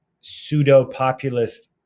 pseudo-populist